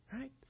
Right